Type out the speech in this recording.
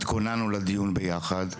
אנחנו התכוננו לדיון ביחד,